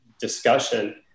discussion